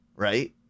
Right